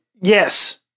Yes